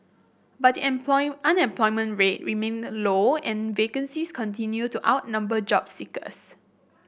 but the unemployment rate remained low and vacancies continued to outnumber job seekers